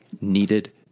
needed